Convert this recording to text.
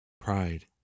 pride